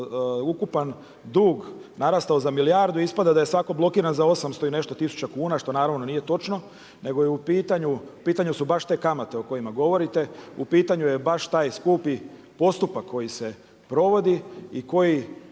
a ukupan dug narastao za milijardu, ispada da je svako blokiran za 8 i nešto tisuća kuna, što naravno nije točno. Nego je u pitanju, u pitanju su baš te kamate o kojima govorite, u pitanju je baš taj skupi postupak koji se provodi i koji